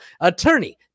attorney